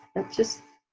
that's just